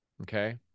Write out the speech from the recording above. Okay